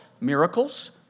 miracles